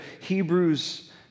Hebrews